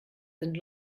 sind